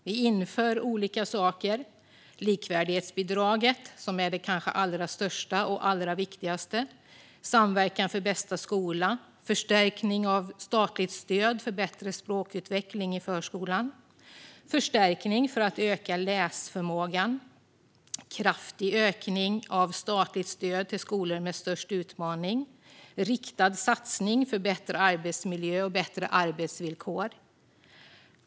Vi inför olika saker: likvärdighetsbidraget, som är det kanske allra största och allra viktigaste, Samverkan för bästa skola, förstärkning av statligt stöd för bättre språkutveckling i förskolan, förstärkning för att öka läsförmågan, kraftig ökning av statligt stöd till skolor med störst utmaningar och riktade satsningar för bättre arbetsmiljö och bättre arbetsvillkor.